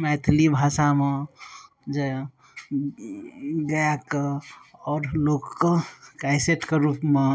मैथिली भाषामे जे गा कऽ आओर लोकके कैसेटके रूपमे